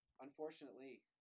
Unfortunately